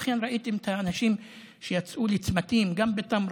לכן ראיתם את האנשים שיצאו לצמתים גם בטמרה,